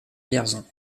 vierzon